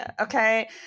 okay